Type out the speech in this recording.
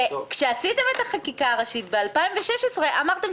כשעשיתם את החקיקה הראשית ב-2016 אמרתם